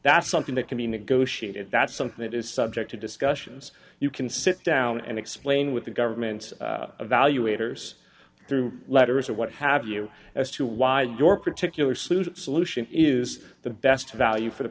that's something that can be negotiated that's something that is subject to discussions you can sit down and explain with the governments evaluators through letters or what have you as to why your particular suit solution is the best value for the